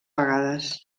vegades